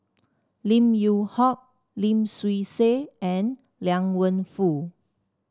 Lim Yew Hock Lim Swee Say and Liang Wenfu